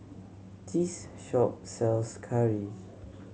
this shop sells curry